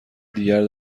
دیگر